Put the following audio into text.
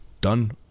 done